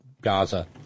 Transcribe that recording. Gaza